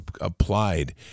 applied